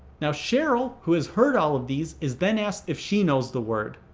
now cheryl, who has heard all of these, is then asked if she knows the word.